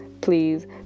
please